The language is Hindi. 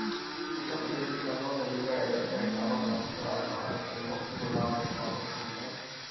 उत्तर प्रदेश के कन्नोज, अलीगढ़, अयोध्या, इटावा, गाजीपुर आदि भारत के मुख्य गुलाब उत्पादक क्षेत्र हैं